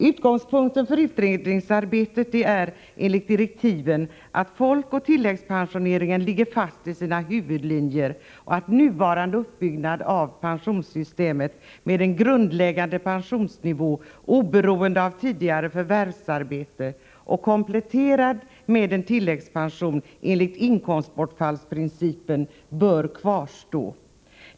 Utgångspunkten för utredningsarbetet är enligt direktiven att folkoch tilläggspensioneringen skall ligga fast vid sina huvudlinjer och att nuvarande uppbyggnad av pensionssystemet med en grundläggande pensionsnivå, oberoende av tidigare förvärvsarbete, kompletterat med en tilläggspension enligt inkomstbortfallsprincipen, bör kvarstå.